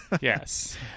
Yes